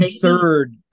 third